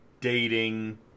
dating